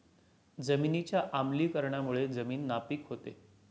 जमिनीच्या आम्लीकरणामुळे जमीन नापीक होते